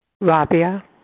Rabia